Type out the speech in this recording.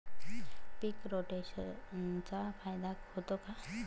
पीक रोटेशनचा फायदा होतो का?